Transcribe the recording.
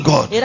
God